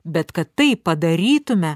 bet kad tai padarytume